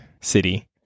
city